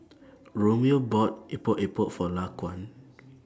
Romeo bought Epok Epok For Laquan